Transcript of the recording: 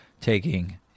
taking